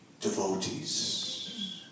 devotees